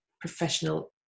professional